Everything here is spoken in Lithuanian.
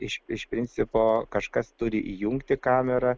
iš iš principo kažkas turi įjungti kamerą